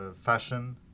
fashion